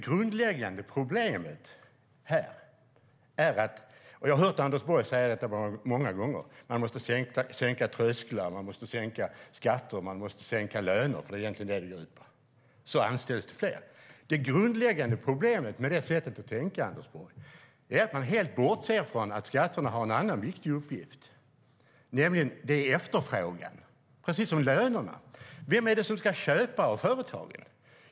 Jag har hört Anders Borg många gånger säga att man måste sänka trösklarna, sänka skatterna och sänka lönerna - det är egentligen detta det går ut på - för att det ska anställas fler. Det grundläggande problemet med det sättet att resonera är att man helt bortser från att skatterna har ett annat viktigt syfte, nämligen efterfrågestyrning, precis som lönerna. Vem är det som ska köpa av företagen?